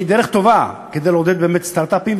היא דרך טובה כדי לעודד סטרט-אפים,